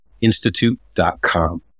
Institute.com